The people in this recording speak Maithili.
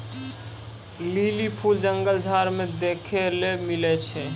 लीली फूल जंगल झाड़ मे देखै ले मिलै छै